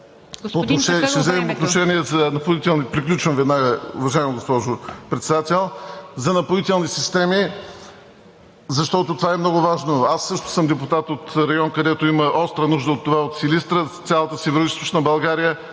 за „Напоителни системи“, защото това е много важно. Аз също съм депутат от район, където има остра нужда от това – от Силистра, цялата Североизточна България.